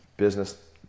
business